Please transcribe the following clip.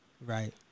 Right